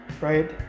right